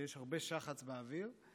כשיש הרבה שחץ באוויר.